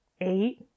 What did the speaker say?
eight